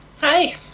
Hi